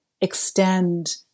extend